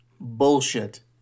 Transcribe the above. Bullshit